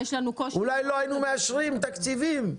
אולי לא היינו מאשרים תקציבים.